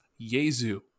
Yezu